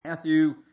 Matthew